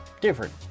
different